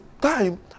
time